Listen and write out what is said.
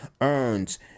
earns